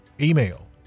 email